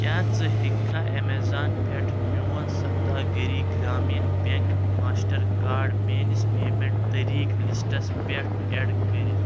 کیٛاہ ژٕ ہیٚکھا امیزان پٮ۪ٹھ میون Saptagiri Grameen bank Mastercard میٲنِس پیمنٹ طٔریٖقہ لِسٹس پٮ۪ٹھ ایڈ کٔرِتھ